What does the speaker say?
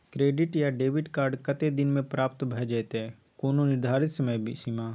Credit या debit card कत्ते दिन म प्राप्त भ जेतै, कोनो निर्धारित समय सीमा?